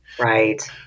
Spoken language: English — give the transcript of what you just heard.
Right